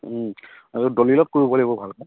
আৰু দলিলত কৰিব লাগিব ভালকে